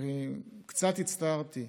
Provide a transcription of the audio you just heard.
קצת הצטערתי,